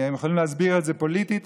הם יכולים להסביר את זה פוליטית,